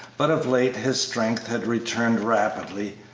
but of late his strength had returned rapidly,